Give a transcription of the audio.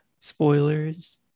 spoilers